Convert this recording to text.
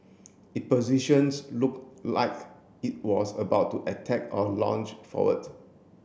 it positions look like it was about to attack or lunge forward